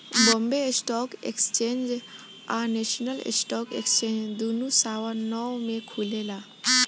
Bombay stock exchange आ national stock exchange दुनो सवा नौ में खुलेला